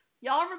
Y'all